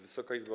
Wysoka Izbo!